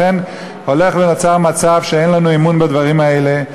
לכן הולך ונוצר מצב שאין לנו אמון בדברים האלה,